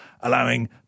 allowing